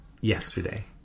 yesterday